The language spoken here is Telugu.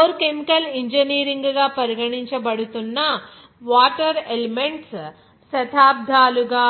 కోర్ కెమికల్ ఇంజనీరింగ్గా పరిగణించబడుతున్న వాటర్ ఎలెమెంట్స్ శతాబ్దాలుగా